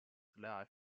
life